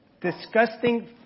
disgusting